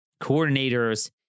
coordinators